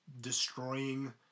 destroying